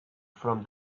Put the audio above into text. from